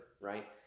right